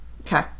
Okay